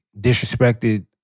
Disrespected